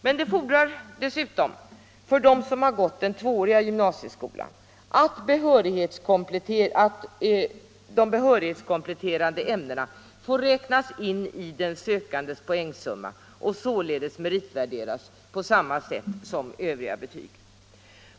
När det gäller dem som gått den tvååriga gymnasieskolan är det vidare erforderligt att de behörighetskompletterande ämnena får räknas in i den sökandes poängsumma och således meritvärderas på samma sätt som Övriga betyg.